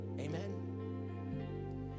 Amen